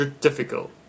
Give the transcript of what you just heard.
difficult